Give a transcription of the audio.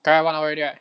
大家 one hour already